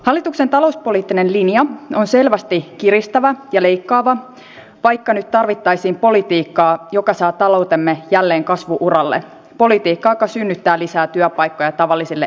hallituksen talouspoliittinen linja on selvästi kiristävä ja leikkaava vaikka nyt tarvittaisiin politiikkaa joka saa taloutemme jälleen kasvu uralle politiikkaa joka synnyttää lisää työpaikkoja tavallisille ihmisille